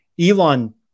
Elon